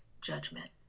judgment